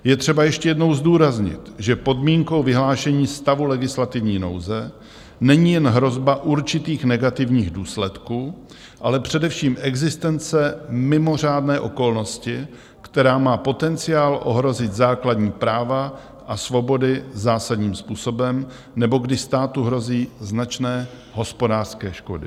Je třeba ještě jednou zdůraznit, že podmínkou vyhlášení stavu legislativní nouze není jen hrozba určitých negativních důsledků, ale především existence mimořádné okolnosti, která má potenciál ohrozit základní práva a svobody zásadním způsobem nebo kdy státu hrozí značné hospodářské škody.